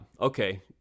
Okay